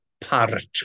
parrot